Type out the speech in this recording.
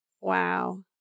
Wow